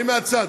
מתנגדים,